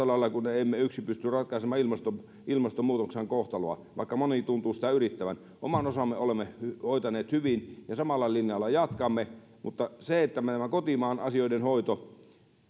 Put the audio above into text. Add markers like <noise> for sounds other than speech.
<unintelligible> lailla kuin emme yksin pysty ratkaisemaan ilmastonmuutoksen ilmastonmuutoksen kohtaloa vaikka moni tuntuu sitä yrittävän oman osamme olemme hoitaneet hyvin ja samalla linjalla jatkamme mutta meillä on kotimaan asioiden hoito